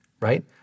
Right